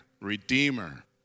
Redeemer